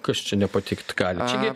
kas čia nepatikt gali čia gi